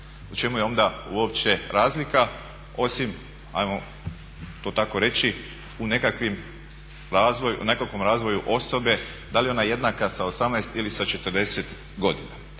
U čemu je onda uopće razlika osim ajmo to tako reći u nekakvom razvoju osobe, da li je ona jednaka sa 18 ili sa 40 godina.